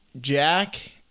Jack